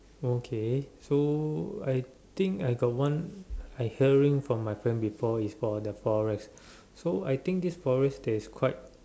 okay so I think I got one I hearing from my friend before it's about the forest so I think this forest there is quite